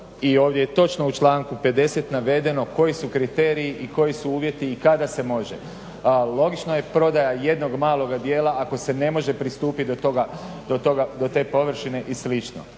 i ovdje je točno u članku 50. navedeno koji su kriteriji i koji su uvjeti i kada se može. A logično je prodaja jednog maloga dijela ako se ne može pristupiti do te površine i